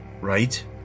right